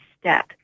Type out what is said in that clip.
step